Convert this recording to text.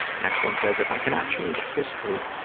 next one says, if i cannot change history,